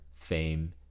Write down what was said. fame